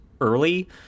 early